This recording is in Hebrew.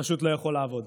פשוט לא יכולה לעבוד.